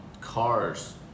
cars